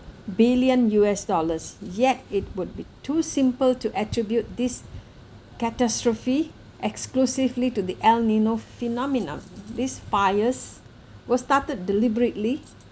billion U_S dollars yet it would be too simple to attribute this catastrophe exclusively to the el nino phenomenon these fires were started deliberately